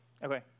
Okay